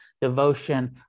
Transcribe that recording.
devotion